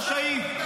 לשהיד,